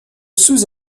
sous